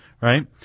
Right